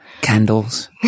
candles